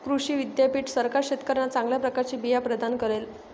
कृषी विद्यापीठ सरकार शेतकऱ्यांना चांगल्या प्रकारचे बिया प्रदान करेल